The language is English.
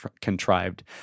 contrived